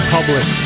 Public